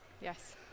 Yes